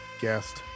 guest